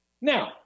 Now